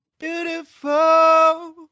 beautiful